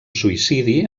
suïcidi